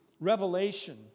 Revelation